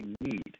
need